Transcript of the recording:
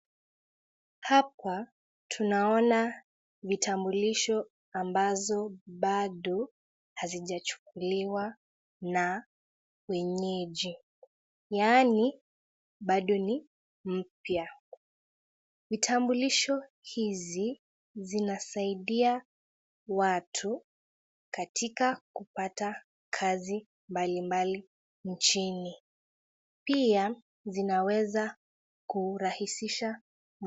Hapa tunaona vitambulisho ambazo bado hazijachukuliwa na wenyeji yaani bado ni mpya. Vitambulisho hizi zinasaidia watu katika kupata kazi mbali mbali nchini pia zinaweza kurahisha,,,,,